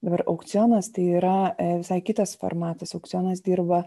dabar aukcionas tai yra visai kitas formatas aukcionas dirba